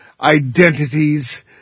identities